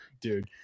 dude